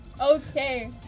okay